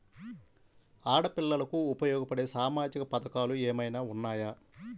ఆడపిల్లలకు ఉపయోగపడే సామాజిక పథకాలు ఏమైనా ఉన్నాయా?